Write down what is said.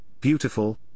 beautiful